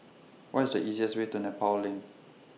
What IS The easiest Way to Nepal LINK